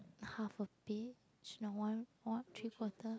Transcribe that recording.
half a bit no want what three quarter